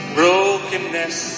brokenness